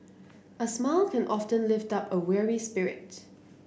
a smile can often lift up a weary spirit